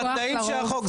בתנאים של החוק,